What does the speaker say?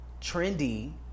trendy